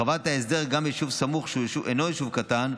הרחבת ההסדר גם ליישוב סמוך שהוא אינו יישוב קטן,